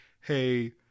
hey